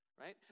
Right